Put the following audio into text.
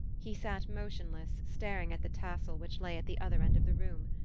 he sat motionless, staring at the tassel which lay at the other end of the room.